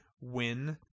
win